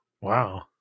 Wow